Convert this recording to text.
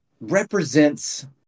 represents